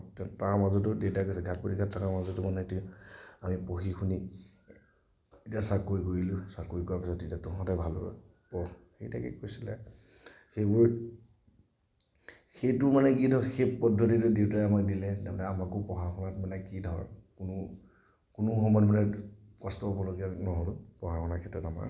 তাৰ মাজতো দেউতাই কৈছে ঘাট প্ৰতিঘাত থকাৰ মাজতো দেউতাই কৈছে যে আমি পঢ়ি শুনি এতিয়া চাকৰি কৰিলোঁ চাকৰি কৰাৰ পিছত তহঁতে ভাল হ পঢ় সেনেকে কৈছিলে সেইবোৰ সেইটো মানে কি ন সেই পদ্ধতিটো দেউতাই আমাক দিলে আমাকো পঢ়া শুনাত মানে কি ধৰ কোনো সময়ত মানে কোনো সময়ত কষ্ট কৰিব লগা নহ'ল পঢ়া শুনাৰ ক্ষেত্ৰত আমাৰ